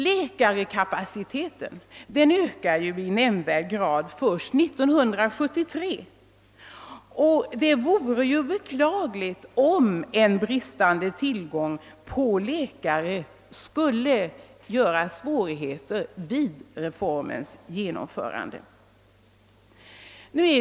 Läkartillgången ökar heller inte i nämnvärd grad förrän 1973, och det vore ju beklagligt om en bristande tillgång på läkare skulle göra det svårt att genomföra reformen.